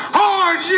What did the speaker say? hard